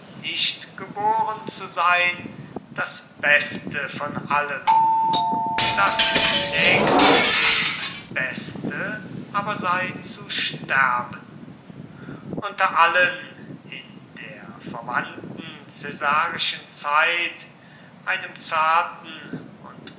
nicht geboren zu sein das beste von allem das nächstdem beste aber sei zu sterben unter allen in der verwandten caesarischen zeit einem zarten und